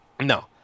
No